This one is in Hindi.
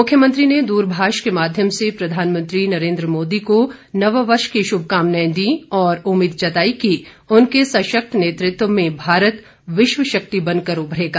मुख्यमंत्री ने दूरभाष के माध्यम से प्रधान मंत्री नरेंद्र मोदी को नववर्ष की शुभकामनाए दी और उम्मीद जताई कि उनके सशक्त नेतृत्व में भारत विश्व शक्ति बनकर उभरेगा